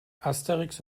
asterix